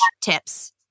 tips